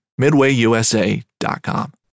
MidwayUSA.com